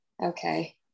Okay